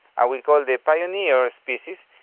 ah we call them pioneer species,